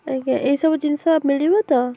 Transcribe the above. ଆଜ୍ଞା ଏଇସବୁ ଜିନିଷ ମିଳିବ ତ